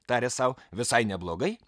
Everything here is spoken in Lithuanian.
tarė sau visai neblogai